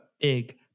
big